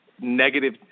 negative